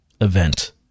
event